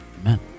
Amen